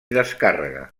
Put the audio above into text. descàrrega